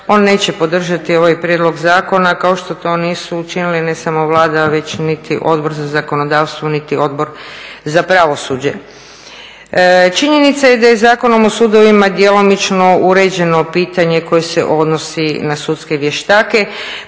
on neće podržati ovaj prijedlog zakona, kao što to nisu učinili ne samo Vlada već niti Odbor za zakonodavstvo niti Odbor za pravosuđe. Činjenica je da je Zakonom o sudovima djelomično uređeno pitanje koje se odnosi na sudske vještake,